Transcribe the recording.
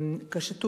קשתות,